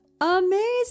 Amazing